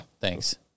Thanks